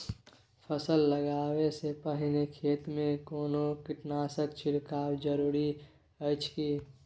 फसल लगबै से पहिने खेत मे कोनो कीटनासक छिरकाव जरूरी अछि की?